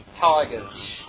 Tigers